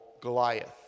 Goliath